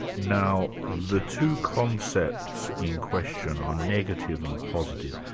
now the two concepts in question are negative and positive.